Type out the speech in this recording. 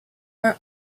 are